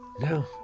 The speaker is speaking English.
No